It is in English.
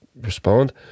respond